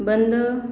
बंद